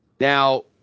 Now